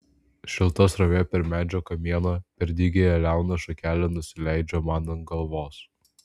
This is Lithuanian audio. šilta srovė per medžio kamieną per dygiąją liauną šakelę nusileidžia man ant galvos